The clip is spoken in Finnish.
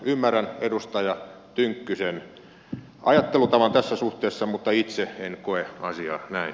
ymmärrän edustaja tynkkysen ajattelutavan tässä suhteessa mutta itse en koe asiaa näin